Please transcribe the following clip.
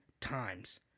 times